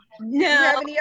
No